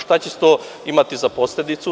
Šta će to imati za posledicu?